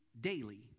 daily